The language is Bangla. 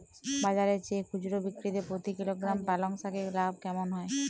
বাজারের চেয়ে খুচরো বিক্রিতে প্রতি কিলোগ্রাম পালং শাকে লাভ কেমন হয়?